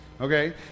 Okay